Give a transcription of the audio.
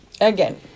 again